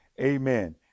amen